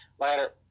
Later